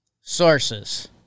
sources